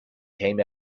came